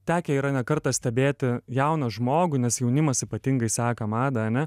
tekę yra ne kartą stebėti jauną žmogų nes jaunimas ypatingai seka madą ane